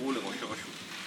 שנבחרו לראש הרשות.